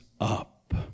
up